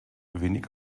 wenig